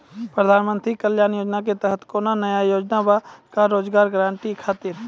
प्रधानमंत्री कल्याण योजना के तहत कोनो नया योजना बा का रोजगार गारंटी खातिर?